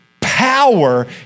power